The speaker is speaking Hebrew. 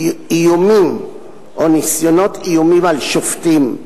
איומים או ניסיונות איומים על שופטים,